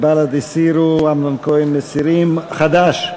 התקבל כנוסח הוועדה.